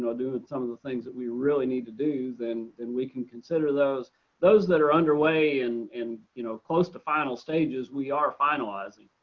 know, doing and some of the things that we really need to do, then and we can consider those those that are underway and in, you know, close to final stages, we are finalizing,